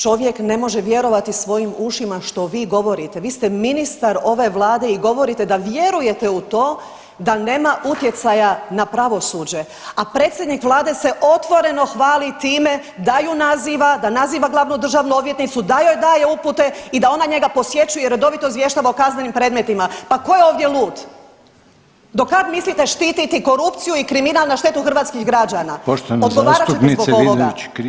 Čovjek ne može vjerovati svojim ušima što vi govorite, vi ste ministar ove vlade i govorite da vjerujete u to da nema utjecaja na pravosuđe, a predsjednik vlade se otvoreno hvali time da ju naziva, da naziva glavnu državnu odvjetnicu, da joj daje upute i da ona njega posjećuje i redovito izvještava o kaznenim predmetima, pa ko je ovdje lud, do kad mislite štititi korupciju i kriminal na štetu hrvatskih građana, odgovarat ćete zbog ovoga.